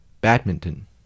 Badminton